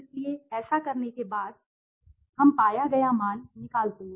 इसलिए ऐसा करने के बाद हम पाया गया मान निकालते हैं